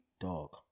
dog